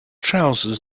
trousers